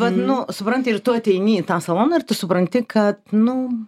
vat nu supranti ir tu ateini į tą saloną ir tu supranti kad nu